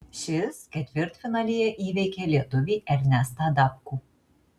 šis ketvirtfinalyje įveikė lietuvį ernestą dapkų